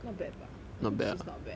not bad bah I think she's not bad